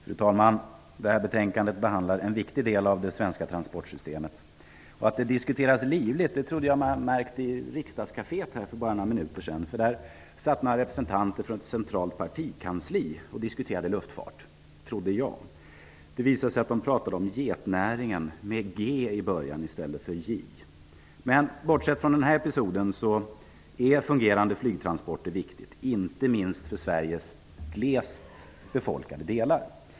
Fru talman! I detta betänkande behandlas en viktig del av det svenska transportsystemet. Att detta livligt diskuteras trodde jag mig ha märkt i riksdagskaféet så sent som för några minuter sedan. Där satt nämligen några representanter från ett centralt partikansli och -- som jag trodde -- diskuterade luftfarten. Men det visade sig senare att de talade om getnäringen, inte om jetnäringen. Bortsett från den episoden är fungerande flygtransporter viktiga, inte minst för Sveriges glest befolkade delar.